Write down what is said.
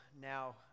now